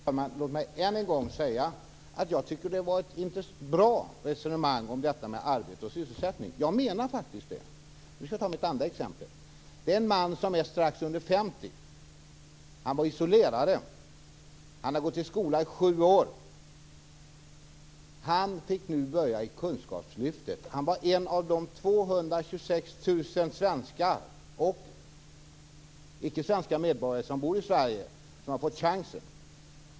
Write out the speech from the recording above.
Fru talman! Låt mig än gång säga att jag tycker att resonemanget om arbete och sysselsättning är bra. Jag menar faktiskt det. Låt mig ta ett andra exempel. Det handlar om en man som är strax under 50 år. Han var isolerare. Han har gått i skola i sju år. Nu har han börjat i kunskapslyftet. Han var en av de 226 000 svenskar och icke svenska medborgare som bor i Sverige som fick chansen.